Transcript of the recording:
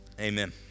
Amen